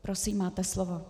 Prosím, máte slovo.